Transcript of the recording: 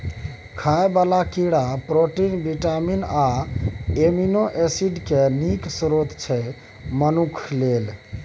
खाइ बला कीड़ा प्रोटीन, बिटामिन आ एमिनो एसिड केँ नीक स्रोत छै मनुख लेल